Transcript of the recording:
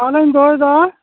ᱛᱟᱦᱚᱞᱮᱧ ᱫᱚᱦᱚᱭᱮᱫᱟ ᱦᱮᱸ